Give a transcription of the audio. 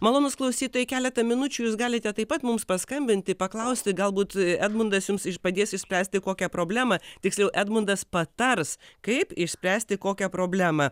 malonūs klausytojai keletą minučių jūs galite taip pat mums paskambinti paklausti galbūt edmundas jums padės išspręsti kokią problemą tiksliau edmundas patars kaip išspręsti kokią problemą